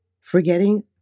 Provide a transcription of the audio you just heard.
forgetting